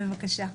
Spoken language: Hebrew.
בבקשה.